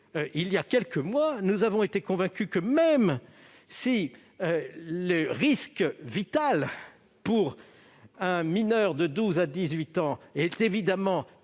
il y a quelques mois, nous avons été convaincus que, même si le risque vital pour les mineurs de 12 ans à 18 ans était évidemment